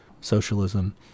socialism